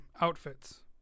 outfits